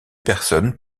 personnes